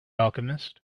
alchemist